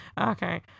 Okay